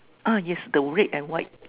ah yes the red and white